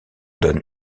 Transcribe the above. donne